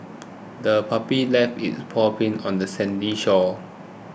the puppy left its paw prints on the sandy shore